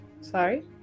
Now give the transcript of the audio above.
Sorry